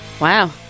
Wow